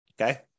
Okay